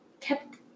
kept